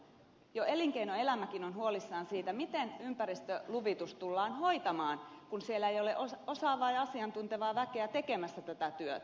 jo elinkeinoelämäkin on huolissaan siitä miten ympäristöluvitus tullaan hoitamaan kun siellä ei ole osaavaa ja asiantuntevaa väkeä tekemässä tätä työtä